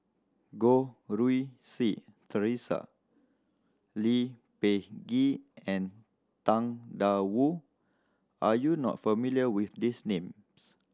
Goh Rui Si Theresa Lee Peh Gee and Tang Da Wu are you not familiar with these name